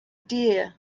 deer